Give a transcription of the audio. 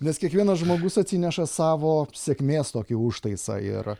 nes kiekvienas žmogus atsineša savo sėkmės tokį užtaisą ir